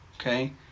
okay